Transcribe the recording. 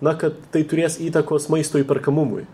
na kad tai turės įtakos maisto įperkamumui